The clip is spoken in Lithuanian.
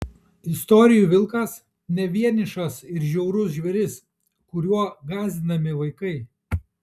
istorijų vilkas ne vienišas ir žiaurus žvėris kuriuo gąsdinami vaikai